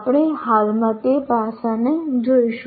આપણે હાલમાં તે પાસાને જોઈશું